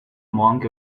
monk